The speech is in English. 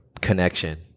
connection